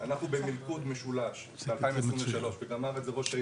אנחנו במלכוד משולש ב-2023 וגם אמרתי את זה לראש העיר,